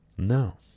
No